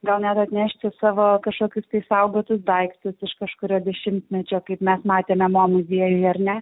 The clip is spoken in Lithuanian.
gal net atnešti savo kažkokius tai išsaugotus daiktus iš kažkurio dešimtmečio kaip mes matėme mo muziejuje ar ne